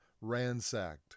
ransacked